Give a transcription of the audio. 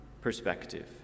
perspective